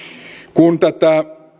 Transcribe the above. kun tätä